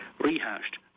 rehashed